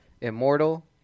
immortal